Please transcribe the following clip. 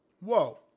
Whoa